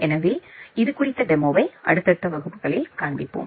எனவே இது குறித்த டெமோவை அடுத்தடுத்த வகுப்புகளில் காண்பிப்போம்